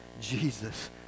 Jesus